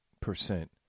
percent